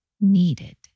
needed